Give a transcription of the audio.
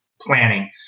planning